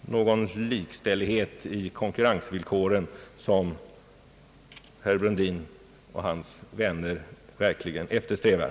någon likställighet i konkurrensvillkoren som herr Brundin och hans vänner eftersträvar.